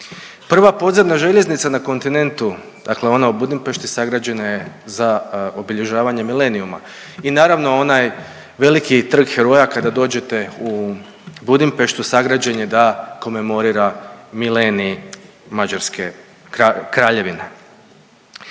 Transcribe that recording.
Prva podzemna željeznica na kontinentu dakle ona u Budimpešti sagrađena je za obilježavanje milenijuma i naravno onaj veliki Trg heroja kada dođete u Budimpeštu sagrađen je da komemorira milenij Mađarske kraljevine.